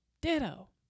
Ditto